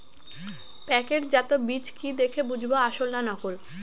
প্যাকেটজাত বীজ কি দেখে বুঝব আসল না নকল?